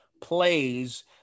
plays